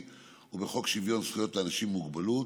ובחוק שוויון זכויות לאנשים עם מוגבלות,